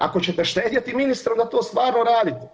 Ako ćete štedjeti ministre onda to stvarno radite.